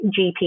GP